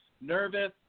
nervous